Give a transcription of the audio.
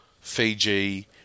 Fiji